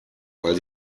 weil